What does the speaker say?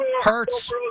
Hurts